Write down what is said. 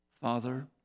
Father